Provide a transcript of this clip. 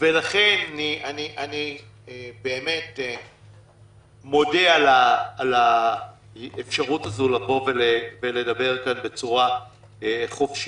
ולכן אני מודה על האפשרות הזאת לבוא ולדבר כאן בצורה חופשית.